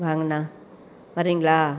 வாங்க அண்ணா வரீங்களா